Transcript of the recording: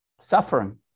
suffering